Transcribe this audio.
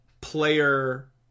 player